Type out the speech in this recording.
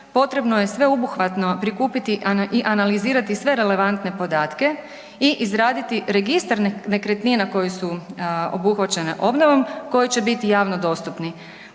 potrebno je sveobuhvatno prikupiti i analizirati sve relevantne podatke i izraditi registar nekretnina koje su obuhvaćene obnovom koji će biti javno dostupni.